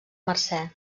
mercè